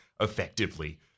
effectively